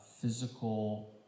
physical